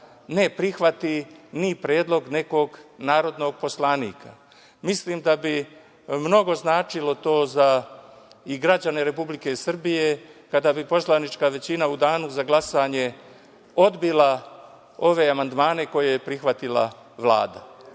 ne prihvati predlog nekog narodnog poslanika. Mislim da bi mnogo značilo to i za građane Republike Srbije kada bi poslanička većina u danu za glasanje odbila ove amandmane koje je prihvatila Vlada,